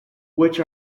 which